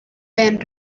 ben